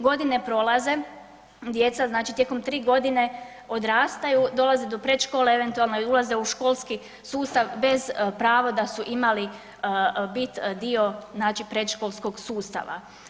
Godine prolaze, djeca znači tijekom 3 godine odrastaju dolaze do predškole eventualno i ulaze u školski sustav bez prava da su imali bit dio znači predškolskog sustava.